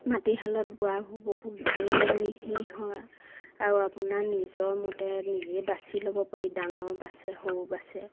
মাটিশালত বোৱা বহুত ভাল লাগে মিহি হয় আৰু আপোনাৰ নিজৰ মতে নিজে বাছি ল'ব পাৰি ডাঙৰ বাচে সৰু বাচে